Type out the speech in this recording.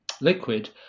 liquid